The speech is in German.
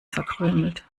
verkrümelt